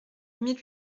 mille